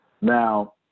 Now